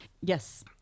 Yes